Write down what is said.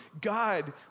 God